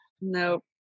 Nope